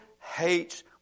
hates